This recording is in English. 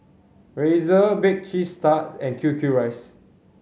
Razer Bake Cheese Tart and Q Q Rice